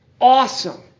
awesome